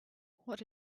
what